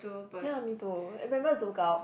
ya me too eh remember zouk-out